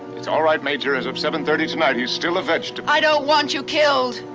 it's all right, major. as of seven thirty tonight, he's still a vegetable. i don't want you killed!